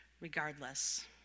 regardless